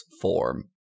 form